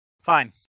Fine